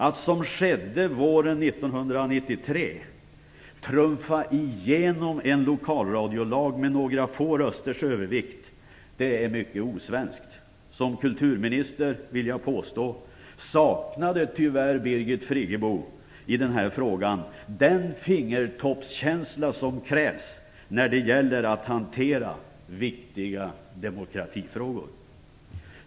Att trumfa igenom en lokalradiolag med några få rösters övervikt, vilket skedde våren 1993, är mycket osvenskt. Jag vill påstå att Birgit Friggebo som kulturminister tyvärr i denna fråga saknade den fingertoppskänsla som krävs när det gäller att hantera viktiga demokratifrågor.